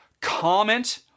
comment